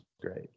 great